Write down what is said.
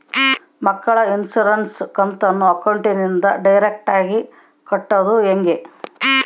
ಮಕ್ಕಳ ಇನ್ಸುರೆನ್ಸ್ ಕಂತನ್ನ ಅಕೌಂಟಿಂದ ಡೈರೆಕ್ಟಾಗಿ ಕಟ್ಟೋದು ಹೆಂಗ?